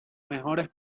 mejores